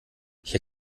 hier